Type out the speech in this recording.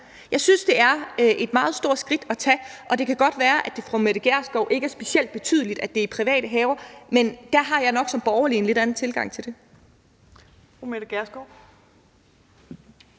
Jeg synes, det er et meget stort skridt at tage. Det kan godt være, at det for fru Mette Gjerskov ikke er specielt betydeligt, at det angår private haver, men der har jeg nok som borgerlig en lidt anden tilgang til det.